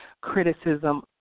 criticism